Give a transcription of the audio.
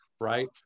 right